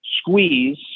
squeeze